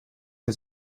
mit